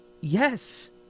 Yes